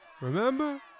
Remember